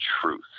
truth